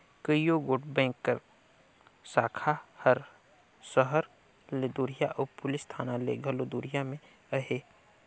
कइयो गोट बेंक कर साखा हर सहर ले दुरिहां अउ पुलिस थाना ले घलो दुरिहां में अहे